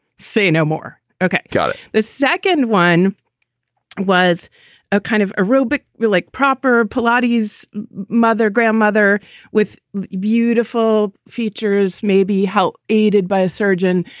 say no more. okay. got it. the second one was a kind of arabic word like proper pallotta, his mother, grandmother with beautiful features. maybe how? aided by a surgeon.